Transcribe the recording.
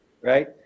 right